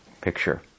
picture